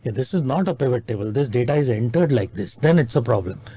this is not a pivot table. this data is entered like this. then it's a problem.